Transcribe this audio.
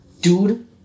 dude